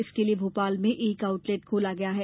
इसके लिये भोपाल में एक आउटलेट खोला गया है